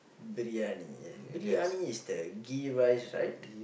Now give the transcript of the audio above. briyani briyani is the Ghee rice right